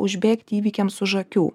užbėgti įvykiams už akių